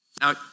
Now